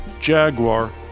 Jaguar